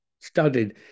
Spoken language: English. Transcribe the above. studied